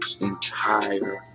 entire